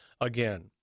again